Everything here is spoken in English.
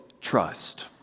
trust